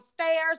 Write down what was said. stairs